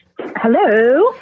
Hello